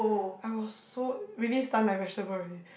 I was so really stunned like vegetable already